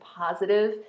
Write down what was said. positive